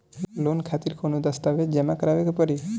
Loan खातिर कौनो दस्तावेज जमा करावे के पड़ी?